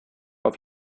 auf